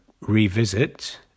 revisit